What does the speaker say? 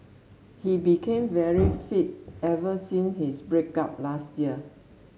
he became very fit ever since his break up last year